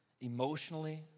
emotionally